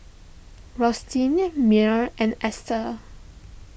Rustin Mearl and Esta